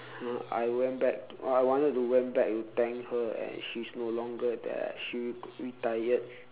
I went back I wanted to went back to thank her and she's no longer there she retired